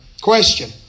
Question